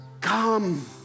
come